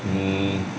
hmm